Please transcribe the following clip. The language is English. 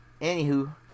anywho